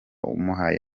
umuhaye